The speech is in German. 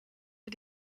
wir